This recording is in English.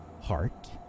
heart